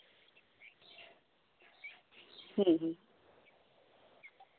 ᱦᱩᱸ ᱦᱩᱸ